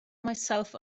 myself